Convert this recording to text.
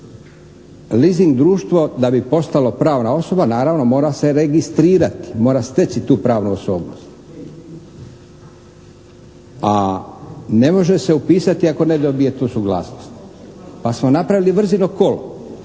leasing društvo da bi postalo pravna osoba, naravno mora se registrirati, mora steći tu pravnu osobnost. A ne može se upisati ako ne dobije tu suglasnost. Pa smo napravili vrzino kolo,